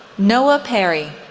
noah perry,